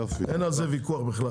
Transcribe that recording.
אין על זה ויכוח.